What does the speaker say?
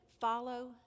follow